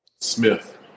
Smith